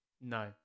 no